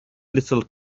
little